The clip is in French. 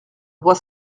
voix